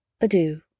adieu